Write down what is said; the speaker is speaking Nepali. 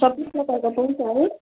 सोपिङ सेन्टर त त्यही छ है